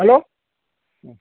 hello